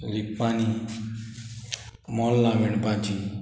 लिप्पांनी मोल्लां विणपाचीं